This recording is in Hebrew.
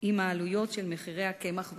עם העלויות של מחירי הקמח והדלק.